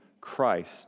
Christ